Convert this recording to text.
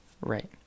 right